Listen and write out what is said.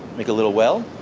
make a little well.